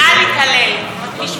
תשמרי את זה לקמפיין.